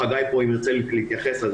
חגי פה, אם הוא ירצה להתייחס -- תודה.